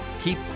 keep